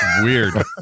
weird